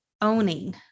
owning